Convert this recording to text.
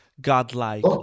godlike